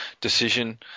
decision